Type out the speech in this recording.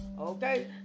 Okay